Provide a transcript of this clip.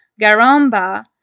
Garamba